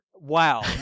Wow